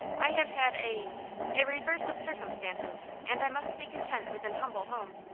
i have had a a reverse of circumstances, and i must be content with an humble home.